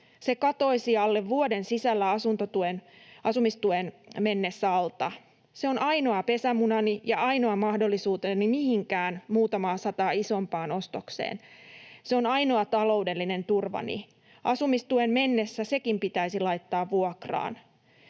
Se katoaisi alle vuoden sisällä asumistuen mennessä alta. Se on ainoa pesämunani ja ainoa mahdollisuuteni mihinkään muutamaa sataa isompaan ostokseen. Se on ainoa taloudellinen turvani. Asumistuen mennessä sekin pitäisi laittaa vuokraan.